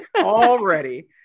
already